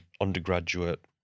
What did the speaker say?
undergraduate